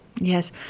Yes